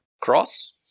cross